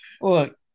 look